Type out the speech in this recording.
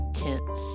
tense